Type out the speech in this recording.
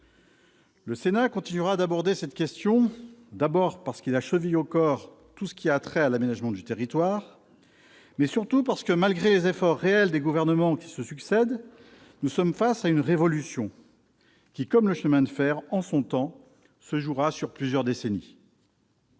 Le Sénat continuera d'aborder cette question, d'abord parce qu'il a chevillé au corps tout ce qui a trait à l'aménagement du territoire, mais surtout, parce que, malgré les efforts réels des gouvernements qui se succèdent, nous sommes face à une révolution qui, comme le chemin de fer en son temps, se déroulera sur plusieurs décennies.